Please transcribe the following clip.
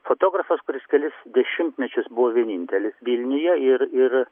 fotografas kuris kelis dešimtmečius buvo vienintelis vilniuje ir ir